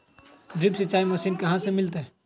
Drip सिंचाई machine कहाँ से मिलतै?